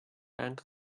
bank